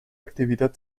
actividad